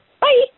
Bye